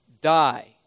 die